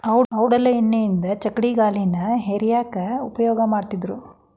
ಔಡಲ ಎಣ್ಣಿಯಿಂದ ಚಕ್ಕಡಿಗಾಲಿನ ಹೇರ್ಯಾಕ್ ಉಪಯೋಗ ಮಾಡತ್ತಿದ್ರು